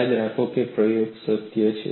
યાદ રાખો પ્રયોગ સત્ય છે